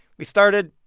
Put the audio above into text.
we started,